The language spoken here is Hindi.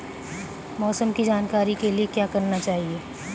मौसम की जानकारी के लिए क्या करना चाहिए?